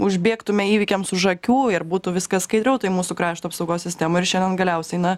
užbėgtume įvykiams už akių ir būtų viskas skaidriau toj mūsų krašto apsaugos sistemoj ir šiandien galiausiai na